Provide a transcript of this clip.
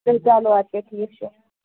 تہٕ چلو اَدٕ کیٛاہ ٹھیٖک چھُ